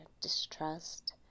distrust